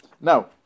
Now